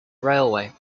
railway